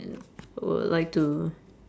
would like to